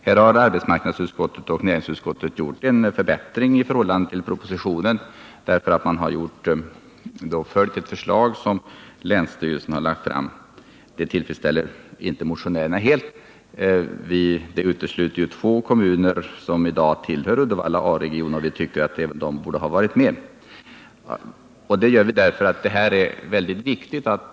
Här har arbetsmarknadsutskottet och näringsutskottet gjort en förbättring i förhållande till propositionen. Man har följt ett förslag som länsstyrelsen lagt fram. Det tillfredsställer inte motionärerna helt — det utesluter ju två kommuner — Tanum och Strömstad — som i dag tillhör Uddevalla A-region. De borde ha varit med, tycker vi.